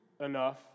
enough